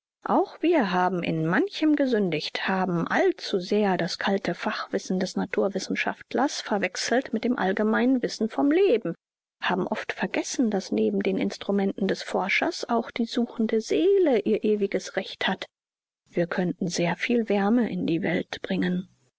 auch wir haben in manchem gesündigt haben allzu sehr das kalte fachwissen des naturwissenschaftlers verwechselt mit dem allgemeinen wissen vom leben haben oft vergessen daß neben den instrumenten des forschers auch die suchende seele ihr ewiges recht hat wir könnten sehr viel wärme in die welt bringen